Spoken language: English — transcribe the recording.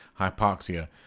hypoxia